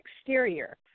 exterior